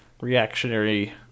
reactionary